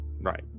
right